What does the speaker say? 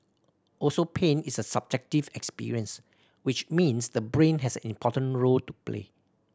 also pain is a subjective experience which means the brain has an important role to play